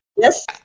Yes